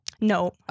no